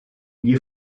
gli